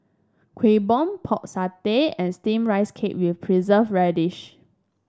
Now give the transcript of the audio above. Kueh Bom Pork Satay and steamed Rice Cake with Preserved Radish